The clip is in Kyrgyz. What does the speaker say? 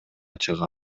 чыга